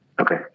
okay